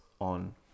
on